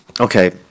okay